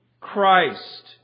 Christ